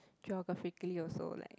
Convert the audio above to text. geographically also like